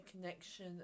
connection